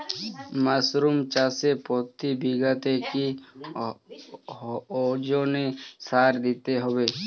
Mushroom চাষে প্রতি বিঘাতে কি ওজনে সার দিতে হবে?